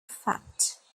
fact